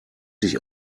sich